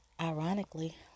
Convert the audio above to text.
ironically